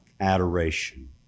adoration